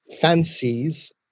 fancies